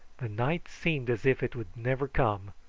the night seemed as if it would never come,